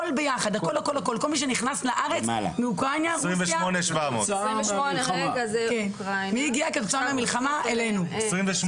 28.700. זה הכול.